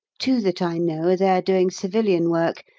two that i know are there doing civilian work,